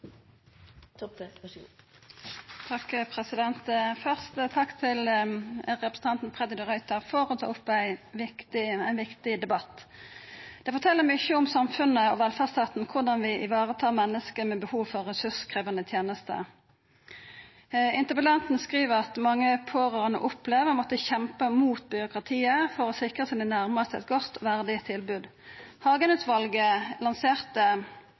Freddy de Ruiter for å ta opp ein viktig debatt. Korleis vi tar vare på menneske med behov for ressurskrevjande tenester, fortel mykje om samfunnet og velferdsstaten. Interpellanten skriv at mange pårørande opplever å måtta kjempa mot byråkratiet for å sikra sine nærmaste eit godt og verdig tilbod. Hagen-utvalet lanserte